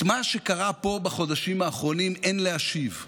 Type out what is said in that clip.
את מה שקרה פה בחודשים האחרונים אין להשיב.